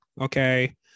okay